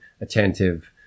attentive